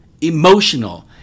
emotional